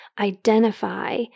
identify